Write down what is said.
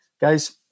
guys